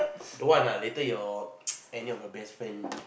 don't want ah later your any of your best friend